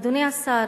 אדוני השר,